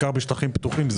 בעיקר בשטחים פתוחים.